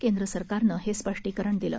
केंद्रसरकारनं हे स्पष्टीकरण दिलं